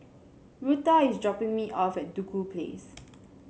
Rutha is dropping me off at Duku Place